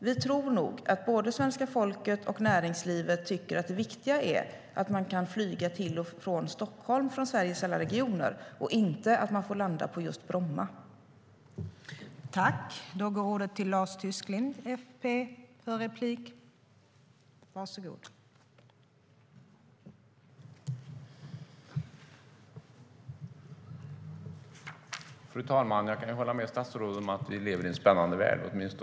Vi tror att både svenska folket och näringslivet tycker att det viktiga är att man kan flyga till och från Stockholm från Sveriges alla regioner, inte att man får landa på just Bromma.